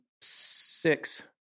six